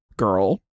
Girl